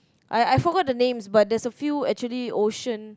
I I forgot the names but there's a few actually oceans